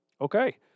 Okay